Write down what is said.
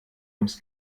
ums